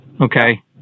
Okay